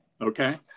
Okay